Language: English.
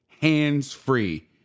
hands-free